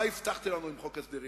מה הבטחתם לנו עם חוק ההסדרים?